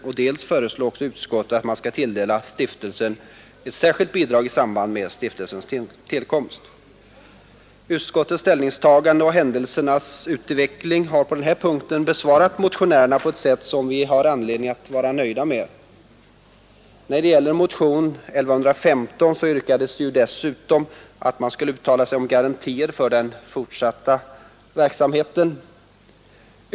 Utskottet föreslår även att man skall tilldela stiftelsen ett särskilt bidrag i samband med dess tillkomst. Utskottets ställningstagande och händelsernas utveckling har på den här punkten besvarat motionärerna på ett sätt som vi har anledning att vara nöjda med. I motionen 1115 yrkades dessutom att man skulle uttala sig om garantier för den framtida verksamheten i skolan.